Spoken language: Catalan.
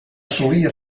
solia